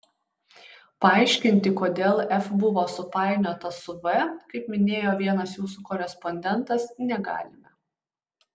paaiškinti kodėl f buvo supainiota su v kaip minėjo vienas jūsų korespondentas negalime